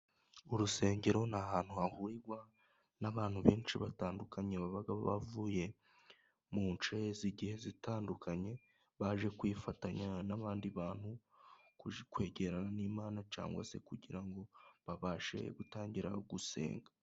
Urusengero ni ahantu hahurirwa n'abantu benshi batandukanye, baba bavuye mu nce z'igihe zitandukanye baje kwifatanya n'abandi bantu kwegerana n'imana cyangwa se kugira ngo babashe gutangira gusenga.